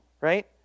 right